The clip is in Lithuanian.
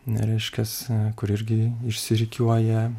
ne reiškias kur irgi išsirikiuoja